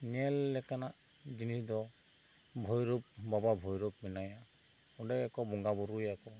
ᱧᱮᱞ ᱞᱮᱠᱟᱱᱟᱜ ᱡᱤᱱᱤᱥ ᱫᱚ ᱵᱷᱳᱭᱨᱳᱯ ᱵᱟᱵᱟ ᱵᱷᱳᱭᱨᱳᱯ ᱢᱮᱱᱟᱭᱟ ᱚᱸᱰᱮ ᱠᱚ ᱵᱚᱸᱜᱟ ᱵᱳᱨᱳᱭᱟᱠᱚ